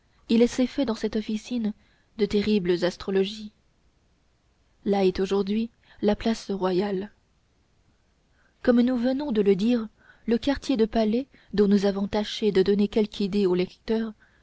il s'est fait dans cette officine de terribles astrologies là est aujourd'hui la place royale comme nous venons de le dire le quartier de palais dont nous avons tâché de donner quelque idée au lecteur